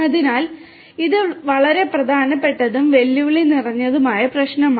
അതിനാൽ ഇത് വളരെ പ്രധാനപ്പെട്ടതും വെല്ലുവിളി നിറഞ്ഞതുമായ പ്രശ്നമാണ്